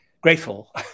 grateful